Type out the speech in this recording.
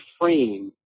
frame